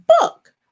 book